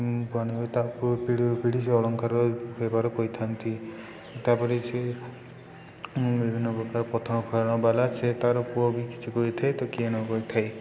ବନେଇବେ ତା ପିଢ଼ ପିଢ଼ି ସେ ଅଳଙ୍କାର ବ୍ୟବହାର କରିଥାନ୍ତି ତାପରେ ସେ ବିଭିନ୍ନ ପ୍ରକାର ପଥର ଖେଳଣା ବାଲା ସେ ତ'ର ପୁଅ ବି କିଛି କହିଥାଏ ତ କିଏ ନ କହିଥାଏ